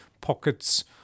pockets